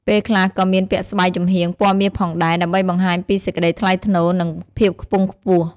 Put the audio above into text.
ពេលខ្លះក៏មានពាក់ស្បៃចំហៀងពណ៌មាសផងដែរ ដើម្បីបង្ហាញពីសេចក្ដីថ្លៃថ្នូរ និង ភាពខ្ពង់ខ្ពស់។